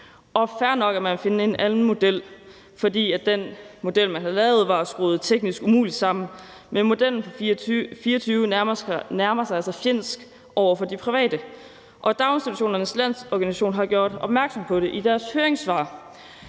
Fair nok, at man vil finde en anden model, fordi den model, man havde lavet, var skruet teknisk umuligt sammen, men modellen for 2024 nærmer sig altså at være fjendsk over for de private. Daginstitutionernes Lands-Organisation har gjort opmærksom på det i deres høringssvar.